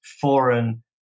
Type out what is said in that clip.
foreign